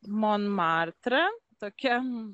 monmartre tokia